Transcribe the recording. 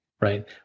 right